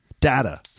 data